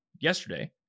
yesterday